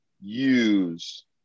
use